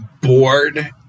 bored